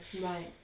Right